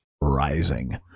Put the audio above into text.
rising